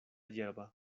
yerba